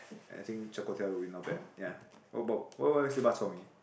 I think char kway teow will not bad ya what about what what's about bak chor mee